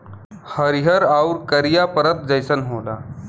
हरिहर आउर करिया परत जइसन होला